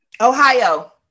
Ohio